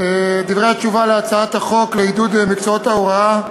דברי התשובה על הצעת חוק לעידוד מקצועות ההוראה,